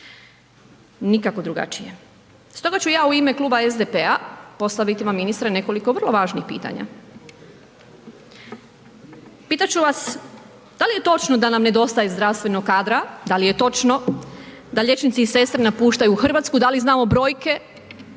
nikako drugačije. Stoga ću ja u ime kluba SDP-a postaviti vam ministre nekoliko vrlo važnih pitanja. Pitat ću vas da li je točno da nam nedostaje zdravstvenog kadra, da li je točno da liječnici i sestre napuštaju Hrvatsku i da li znamo brojke?